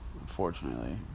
unfortunately